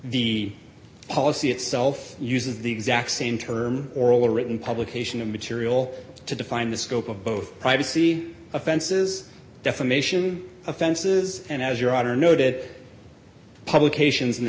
the policy itself uses the exact same term oral or written publication of material to define the scope of both privacy offenses defamation offenses and as your author noted publications in